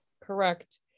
Correct